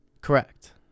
Correct